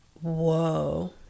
Whoa